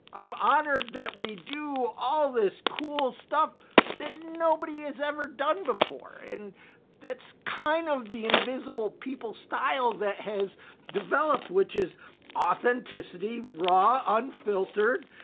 i'm honored that we do all this cool stuff that nobody has ever done before. and that's kind of the invisible people style that has developed which is authenticity, raw, unfiltered.